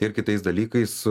ir kitais dalykais